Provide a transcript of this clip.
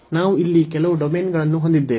ನಾವು ಇಲ್ಲಿ ಕೆಲವು ಡೊಮೇನ್ಗಳನ್ನು ಹೊಂದಿದ್ದೇವೆ